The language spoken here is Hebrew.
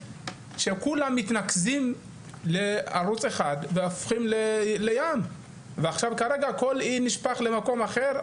שכולם מתנקזים לערוץ אחד והופכים לים ועכשיו כרגע כל אי נשפך למקום אחר,